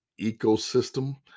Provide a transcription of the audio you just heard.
ecosystem